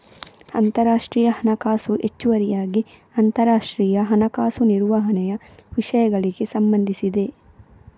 ಅಂತರರಾಷ್ಟ್ರೀಯ ಹಣಕಾಸು ಹೆಚ್ಚುವರಿಯಾಗಿ ಅಂತರರಾಷ್ಟ್ರೀಯ ಹಣಕಾಸು ನಿರ್ವಹಣೆಯ ವಿಷಯಗಳಿಗೆ ಸಂಬಂಧಿಸಿದೆ